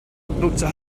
indonesia